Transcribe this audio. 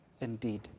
indeed